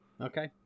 Okay